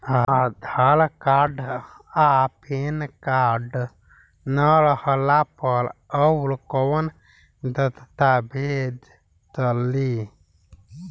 आधार card आ PAN card ना रहला पर अउरकवन दस्तावेज चली?